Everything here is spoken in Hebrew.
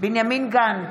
בנימין גנץ,